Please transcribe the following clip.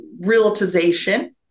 realization